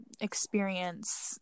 experience